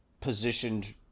positioned